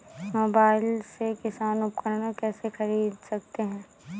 Mobile से किसान उपकरण कैसे ख़रीद सकते है?